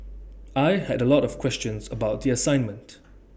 I had A lot of questions about the assignment